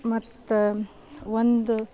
ಮತ್ತು ಒಂದು